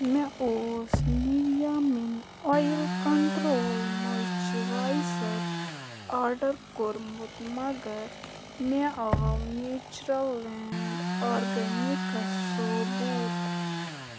مےٚ اوس نِویا مٮ۪ن آیِل کنٹرٛول مایِسچٕرایزَر آرڈر کوٚرمُت مگر مےٚ آو نیچرل لینٛڈ آرگَنِکٕس ثوبوٗت